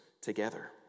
together